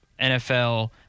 nfl